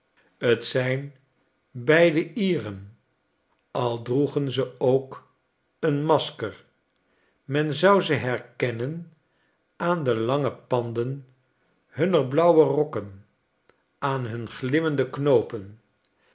t zijn beiden ieren al droegen ze ook een masker men zou ze herkennen aan de lange panden hunner blauwe rokken aan hun glimmende knoopen